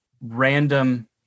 random